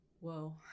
whoa